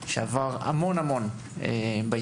שעבר המון בהיסטוריה,